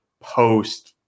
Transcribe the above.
post